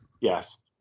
Yes